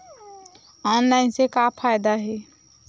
Online से का फ़ायदा हे?